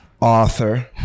author